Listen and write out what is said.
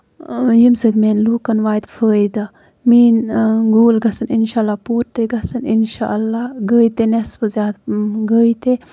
ییٚمہِ سۭتۍ مےٚ لُکَن واتہِ فٲیدٕ میٲنۍ گول گژھن اِنشاء للہ پوٗرٕ تہٕ گژھٕنۍ اِنشاء للہ گٔے تہِ نٮ۪صفس زیادٕ اۭں گٔے تہِ